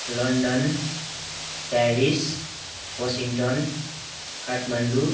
London Paris Washington Kathmandu